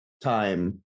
time